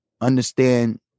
understand